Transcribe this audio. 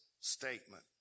statement